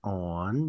on